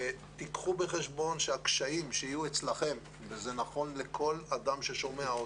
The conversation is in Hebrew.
קחו בחשבון שהקשיים שיהיו אצלכם וזה נכון לכל אדם ששומע אותנו,